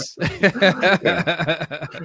Yes